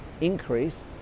increase